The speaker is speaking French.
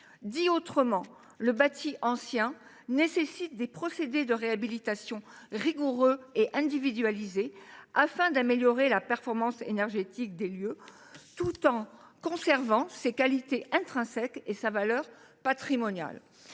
Autrement dit, le bâti ancien nécessite des procédés de réhabilitation rigoureux et individualisés, afin d’améliorer la performance énergétique des lieux, tout en conservant ses qualités intrinsèques et sa valeur patrimoniale.